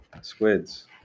Squids